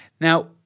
Now